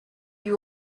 you